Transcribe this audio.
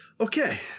Okay